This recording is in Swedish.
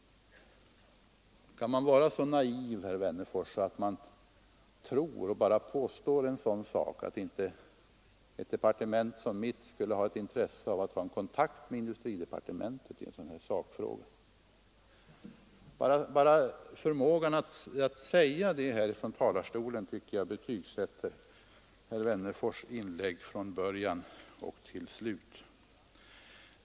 Kan man vara så naiv, herr Wennerfors, att man tror en sådan sak? Hur kan man påstå att ett departement som mitt inte skulle ha intresse av att ha kontakt med industridepartementet i en sådan här sakfråga? Bara förmågan att säga det ifrån talarstolen tycker jag betygsätter herr Wennerfors” inlägg från början till slut.